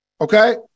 okay